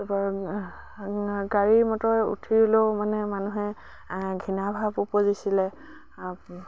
গাড়ী মটৰে উঠিলেও মানে মানুহে ঘৃণা ভাৱ উপজিছিলে